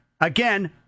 Again